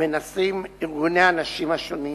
מנסים ארגוני הנשים השונים